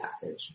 package